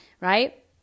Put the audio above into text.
right